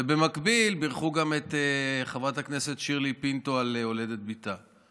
ובמקביל בירכו גם את חברת הכנסת שירלי פינטו על הולדת בתה.